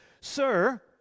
sir